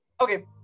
okay